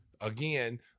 again